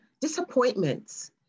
disappointments